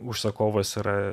užsakovas yra